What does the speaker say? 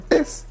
Yes